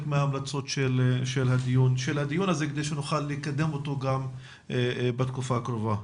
מההמלצות של הדיון הזה כדי שנוכל לקדם אותו גם בתקופה הקרובה.